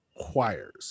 choirs